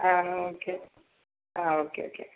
ആ ഓക്കെ ആ okay okay